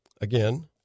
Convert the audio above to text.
again